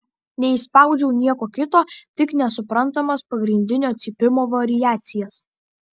neišspaudžiau nieko kito tik nesuprantamas pagrindinio cypimo variacijas